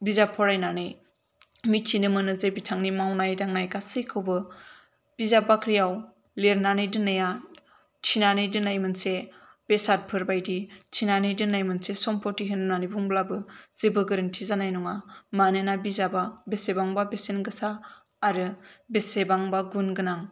बिजाब फरायनानै मिथिनो मोनो जे बिथांनि मावनाय दांनाय गासैखौबो बिजाब बाख्रिआव लिरनानै दोननाया थिनानै दोननाय मोनसे बेसादफोर बायदि थिनानै दोननाय मोनसे सम्पति होननानै बुंब्लाबो जेबो गोरोन्थि जानाय नङा मानोना बिजाबा बेसेबांबा बेसेन गोसा आरो बेसेबांबा गुन गोनां